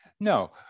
no